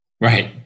Right